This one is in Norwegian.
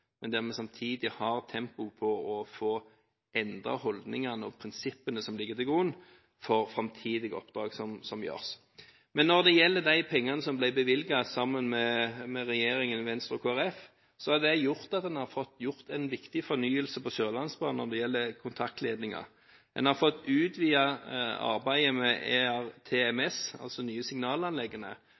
men der vi samtidig har tempo på å få endret holdningene og prinsippene som ligger til grunn for framtidige oppdrag som gjøres. Men når det gjelder de pengene som ble bevilget av regjeringen sammen med Venstre og Kristelig Folkeparti, har de gjort at man har fått gjort en viktig fornyelse på Sørlandsbanen når det gjelder kontaktledninger. Man har fått utvidet arbeidet med ERTMS – altså de nye signalanleggene.